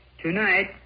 Tonight